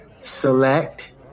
select